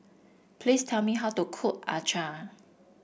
please tell me how to cook Acar